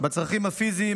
בצרכים הפיזיים,